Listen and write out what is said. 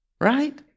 Right